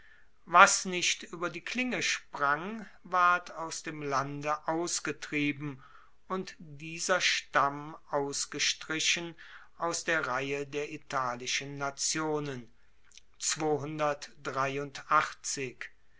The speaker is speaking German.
was nicht ueber die klinge sprang ward aus dem lande ausgetrieben und dieser stamm ausgestrichen aus der reihe der italischen nationen